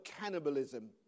cannibalism